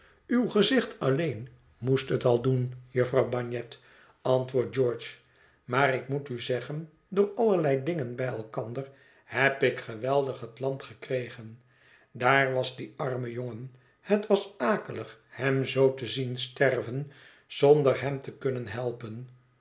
uw gezicht alleen moest het al doen jufvrouw bagnet antwoordt george maar ik moet u zeggen door allerlei dingen bij elkander heb ik geweldig het land gekregen daar was die arme jongen het was akelig hem zoo te zien sterven zonder hem te kunnen helpen